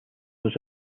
was